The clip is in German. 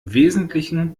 wesentlichen